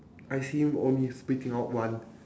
I see him only spitting out one